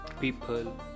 people